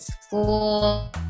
school